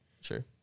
Sure